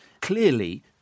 clearly